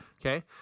Okay